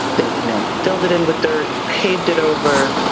they you know filled it in with dirt, paved it over.